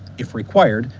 if required,